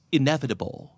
inevitable